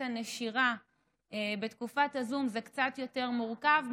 הנשירה בתקופת הזום זה קצת יותר מורכב,